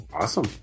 Awesome